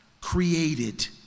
created